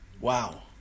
wow